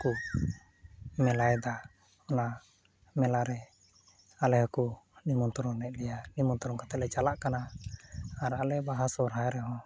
ᱠᱚ ᱢᱮᱞᱟᱭᱫᱟ ᱚᱱᱟ ᱢᱮᱞᱟᱨᱮ ᱟᱞᱮ ᱦᱚᱸᱠᱚ ᱱᱮᱢᱚᱱᱛᱨᱚᱱ ᱞᱮᱫ ᱞᱮᱭᱟ ᱱᱮᱢᱚᱱᱛᱨᱚᱱ ᱠᱟᱛᱮᱞᱮ ᱪᱟᱞᱟᱜ ᱠᱟᱱᱟ ᱟᱨ ᱟᱞᱮ ᱵᱟᱦᱟ ᱥᱚᱦᱚᱨᱟᱭ ᱨᱮᱦᱚᱸ